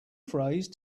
phrase